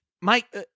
Mike